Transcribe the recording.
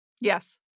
Yes